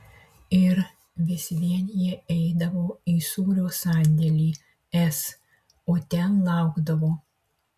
ir vis vien jie eidavo į sūrio sandėlį s o ten laukdavo